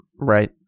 Right